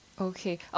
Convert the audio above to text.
Okay